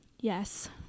Yes